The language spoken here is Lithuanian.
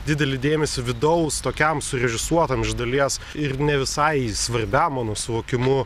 didelį dėmesį vidaus tokiam surežisuotam iš dalies ir ne visai svarbiam mano suvokimu